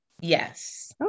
Yes